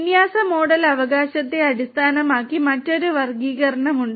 വിന്യാസ model അവകാശത്തെ അടിസ്ഥാനമാക്കി മറ്റൊരു വർഗ്ഗീകരണം ഉണ്ട്